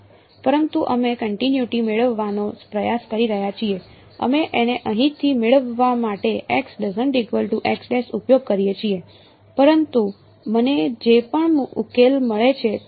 હા પરંતુ અમે કન્ટિનયુટી મેળવવાનો પ્રયાસ કરી રહ્યા છીએ અમે તેને અહીંથી મેળવવા માટે ઉપયોગ કરીએ છીએ પરંતુ મને જે પણ ઉકેલ મળે છે